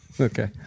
Okay